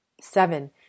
Seven